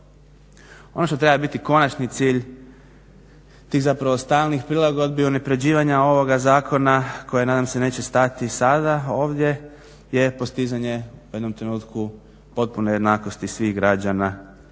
Ono što treba biti konačni cilj tih zapravo stalnih prilagodbi unapređivanja ovoga zakona koje nadam se neće stati sada ovdje je postizanje u jednom trenutku potpune jednakosti svih građana